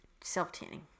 self-tanning